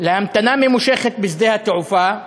להמתנה ממושכת בשדה התעופה,